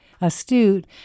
astute